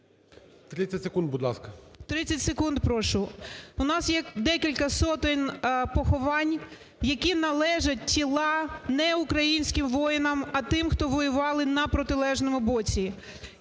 30 секунд, будь ласка.